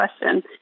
question